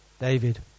David